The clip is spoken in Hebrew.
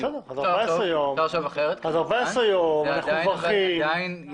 על 14 ימים אנחנו מברכים.